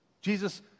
Jesus